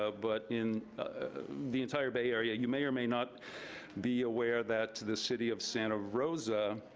ah but in the entire bay area. you may or may not be aware that the city of santa rosa